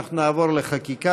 חברי הכנסת, נעבור לחקיקה.